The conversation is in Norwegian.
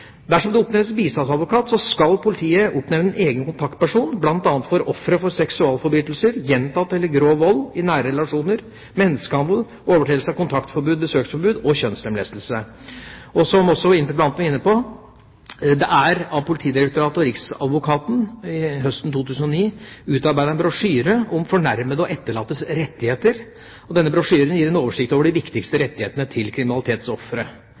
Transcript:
Dersom det oppnevnes bistandsadvokat, skal politiet oppnevne en egen kontaktperson, bl.a. for ofre for seksualforbrytelser, gjentatt eller grov vold i nære relasjoner, menneskehandel, overtredelse av kontaktforbud/besøksforbud og kjønnslemlestelse. Som også interpellanten var inne på, er det av Politidirektoratet og riksadvokaten høsten 2009 utarbeidet en brosjyre om «Fornærmedes og etterlattes rettigheter». Denne brosjyren gir en oversikt over de viktigste rettighetene til kriminalitetsofre.